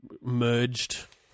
merged